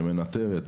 יחידה שמנטרת,